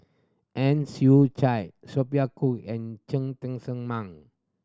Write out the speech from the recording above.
Ang Chwee Chai Sophia Cooke and Cheng Tsang Man